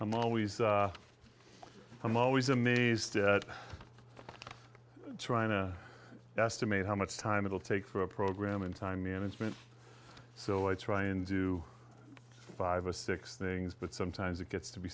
i'm always i'm always amazed at trying to estimate how much time it will take for a program in time management so i try and do five or six things but sometimes it gets to be